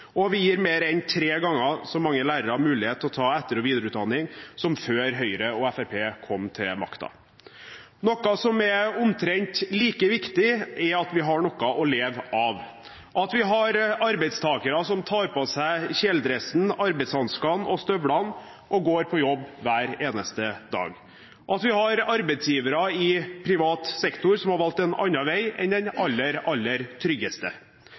og 2013, og vi gir mer enn tre ganger så mange lærere mulighet til å ta etter- og videreutdanning som før Høyre og Fremskrittspartiet kom til makten. Noe som er omtrent like viktig, er at vi har noe å leve av, at vi har arbeidstakere som tar på seg kjeledressen, arbeidshanskene og -støvlene og går på jobb hver eneste dag, at vi har arbeidsgivere i privat sektor som har valgt en annen vei enn den aller, aller tryggeste.